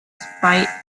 spite